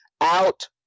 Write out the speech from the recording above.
out